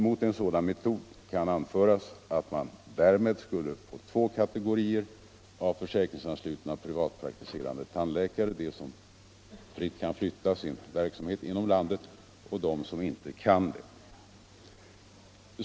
Mot en sådan metod kan anföras att man därmed skulle få två kategorier av försäkringsanslutna privatpraktiserande tandläkare: de som fritt kan flytta sin verksamhet inom landet och de som inte kan det.